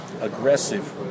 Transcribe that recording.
aggressive